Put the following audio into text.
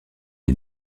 est